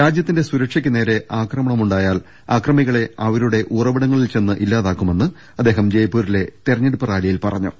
രാജൃത്തിന്റെ സുരക്ഷയ്ക്ക് നേരെ ആക്രമ ണമുണ്ടായാൽ അക്രമികളെ അവരുടെ ഉറവിടങ്ങളിൽചെന്ന് ഇല്ലാതാക്കു മെന്ന് അദ്ദേഹം ജയ്പൂരിലെ തെരഞ്ഞെടുപ്പ് റാലിയിൽ പറഞ്ഞു